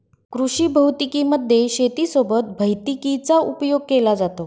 कृषी भौतिकी मध्ये शेती सोबत भैतिकीचा उपयोग केला जातो